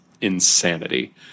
insanity